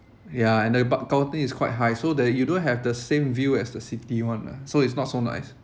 ya and the balcony is quite high so that you don't have the same view as the city one lah so it's not so nice